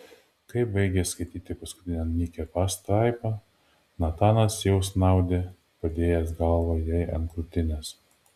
kai baigė skaityti paskutinę nykią pastraipą natanas jau snaudė padėjęs galvą jai ant krūtinės